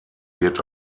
wird